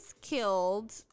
killed